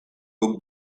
ook